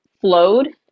flowed